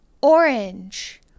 Orange